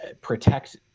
protect